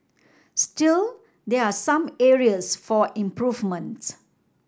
still there are some areas for improvement